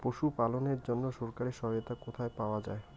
পশু পালনের জন্য সরকারি সহায়তা কোথায় পাওয়া যায়?